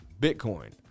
Bitcoin